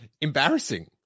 embarrassing